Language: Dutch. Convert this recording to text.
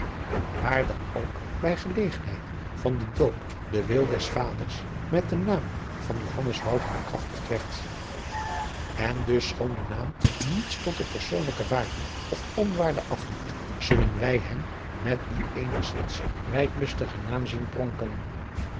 waar dan ook bij gelegenheid van den doop den wil des vaders met den naam van johannes wouter bekrachtigd werd en dus schoon de naam niets tot de persoonlijke waarde of onwaarde afdoet zullen wij hem met dien eenigzins wijdluftigen naam zien pronken